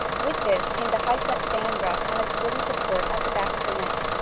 with this came the high-set fan ruff on its wooden support at the back of the neck,